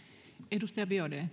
arvoisa